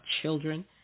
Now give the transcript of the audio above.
children